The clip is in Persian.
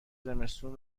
زمستون